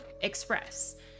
express